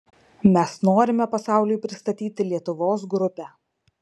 mes norime pasauliui pristatyti lietuvos grupę